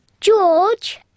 George